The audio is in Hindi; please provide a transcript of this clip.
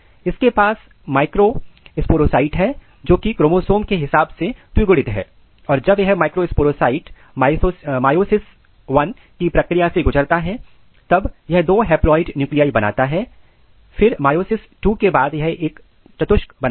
इसके पास माइक्रोस्पोरसाइट है जोकि क्रोमोसोम के हिसाब से द्विगुणित है और जब यह माइक्रोस्पोरसाइट मयोसिस I की प्रक्रिया से गुजरता है तब यह दो हैप्लाइड न्यूक्लिआई बनाता है फिर मयोसिस II के बाद यह एक चतुस्क बनाता है